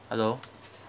hello